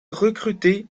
recruter